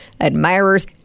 admirers